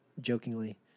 jokingly